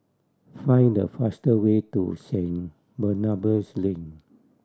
find the faster way to Saint Barnabas Lane